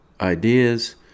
ideas